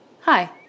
Hi